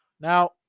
Now